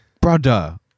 brother